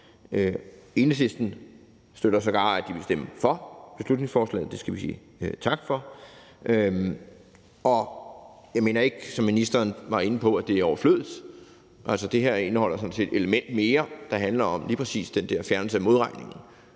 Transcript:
Enhedslisten siger sågar, at de vil stemme for beslutningsforslaget, og det siger vi tak for. Og jeg mener ikke, som ministeren var inde på, at det er overflødigt. Altså, det her indeholder sådan set et element mere, der handler om lige præcis den her fjernelse af modregningen